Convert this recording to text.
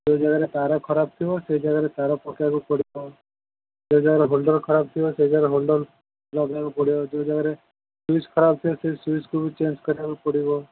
କେଉଁ ଜାଗାରେ ତାର ଖରାପ ଥିବ ସେ ଜାଗାରେ ତାର ପକେଇବାକୁ ପଡ଼ିବ କେଉଁ ଜାଗାରେ ହୋଲଡ଼ର୍ ଖରାପ ଥିବ ସେ ଜାଗାରେ ହୋଲଡ଼ର୍ ଲଗେଇବାକୁ ପଡ଼ିବ ଯେଉଁ ଜାଗାରେ ସୁଇଚ୍ ଖରାପ ଥିଲେ ସେ ସୁଇଚ୍କୁ ବି ଚେଞ୍ଜ୍ କରିବାକୁ ପଡ଼ିବ